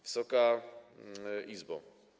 Wysoka Izbo!